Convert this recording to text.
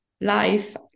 life